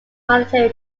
monterey